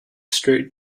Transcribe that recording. straight